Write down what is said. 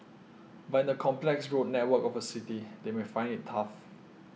but in the complex road network of a city they may find it tough